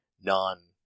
non-